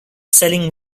selling